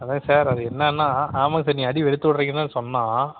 அதான் சார் அது என்னென்னா ஆமாங்க சார் நீங்கள் அடி வெளுத்து விட்றிங்கன்னு தான் சொன்னான்